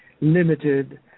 limited